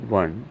one